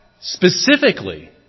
specifically